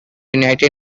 united